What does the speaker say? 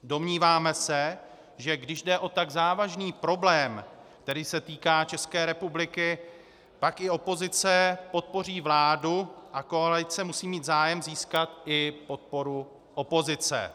Domníváme se, že když jde o tak závažný problém, který se týká České republiky, pak i opozice podpoří vládu a koalice musí mít zájem získat i podporu opozice.